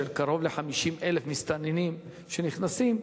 שקרוב ל-50,000 מסתננים נכנסים,